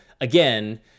again